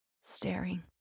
staring